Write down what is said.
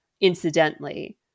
incidentally